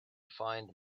find